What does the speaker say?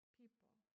people